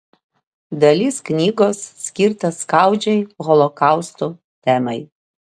dalis knygos skirta skaudžiai holokausto temai